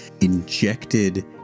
injected